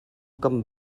kan